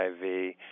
HIV